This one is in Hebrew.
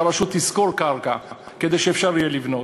שהרשות תשכור קרקע כדי שאפשר יהיה לבנות.